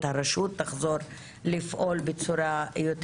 שהרשות תחזור לפעול בצורה יותר